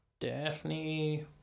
Daphne